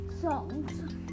Songs